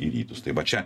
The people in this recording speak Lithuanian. į rytus tai va čia